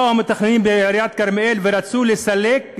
באו המתכננים בעיריית כרמיאל ורצו לסלק,